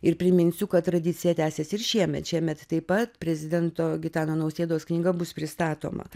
ir priminsiu kad tradicija tęsiasi ir šiemet šiemet taip pat prezidento gitano nausėdos knyga bus pristatoma